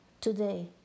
today